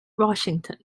washington